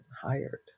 hired